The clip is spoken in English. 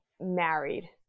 married